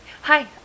hi